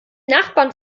nachbarn